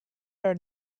are